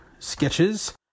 Sketches